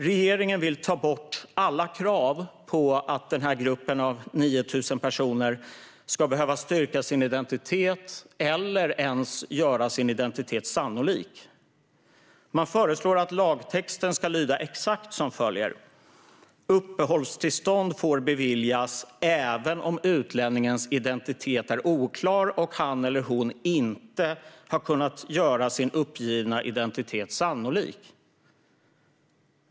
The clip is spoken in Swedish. Regeringen vill ta bort alla krav på att denna grupp på 9 000 personer ska behöva styrka sin identitet eller ens göra den sannolik. Man föreslår att lagtexten ska lyda exakt som följer: Uppehållstillstånd får beviljas även om utlänningens identitet är oklar och han eller hon inte har kunnat göra sin uppgivna identitet sannolik.